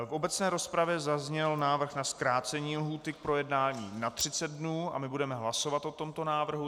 V obecné rozpravě zazněl návrh na zkrácení lhůty k projednání na 30 dnů a my budeme hlasovat o tomto návrhu.